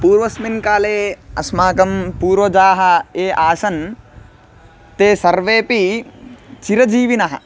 पूर्वस्मिन् काले अस्माकं पूर्वजाः ये आसन् ते सर्वेपि चिरजीविनः